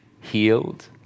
healed